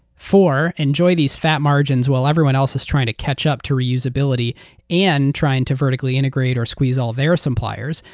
four, enjoy these fat margins while everyone else is trying to catch up to reusability and trying to vertically-integrate or squeeze all their suppliers.